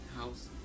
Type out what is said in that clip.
house